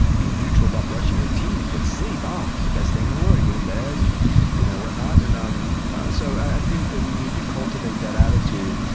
be neutral about brushing your teeth, but sleep, oh, ah it's the best thing in the world! you get in bed, and you know whatnot, and um so i think that we need to cultivate that attitude,